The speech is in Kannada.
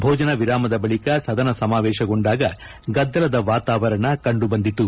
ಭೋಜನ ವಿರಾಮದ ಬಳಿಕ ಸದನ ಸಮಾವೇಶಗೊಂಡಾಗ ಗದ್ದಲದ ವಾತಾವರಣ ಕಂಡು ಬಂದಿತು